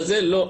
לא,